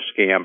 scam